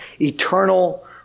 eternal